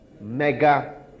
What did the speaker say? Mega